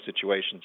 situations